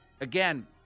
again